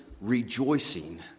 rejoicing